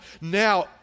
now